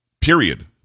Period